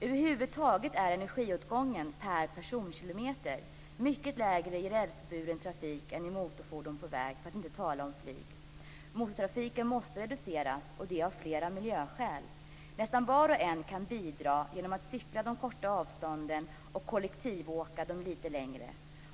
Över huvud taget är energiåtgången per personkilometer mycket lägre i rälsburen trafik än i motorfordon på väg, för att inte tala om flyg. Motortrafiken måste reduceras, och det av flera miljöskäl. Nästan var och en kan bidra genom att cykla de korta avstånden och kollektivåka de lite längre.